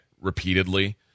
repeatedly